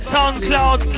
SoundCloud